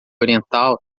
oriental